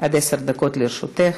עד עשר דקות לרשותך.